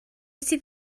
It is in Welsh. sydd